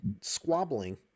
squabbling